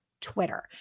Twitter